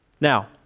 Now